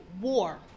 war